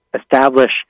establish